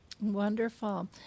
wonderful